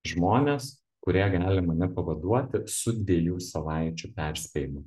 žmonės kurie gali mane pavaduoti su dviejų savaičių perspėjimu